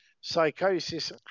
psychosis